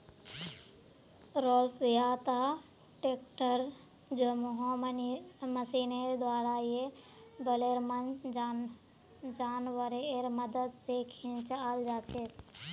rollers या त tractor जैमहँ मशीनेर द्वारा या बैलेर मन जानवरेर मदद से खींचाल जाछे